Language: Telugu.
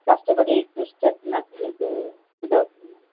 కష్టపడి కృషి చేస్తున్నట్టు మీకు ఇదవుతుంది